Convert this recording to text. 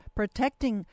protecting